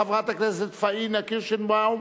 חברת הכנסת פניה קירשנבאום,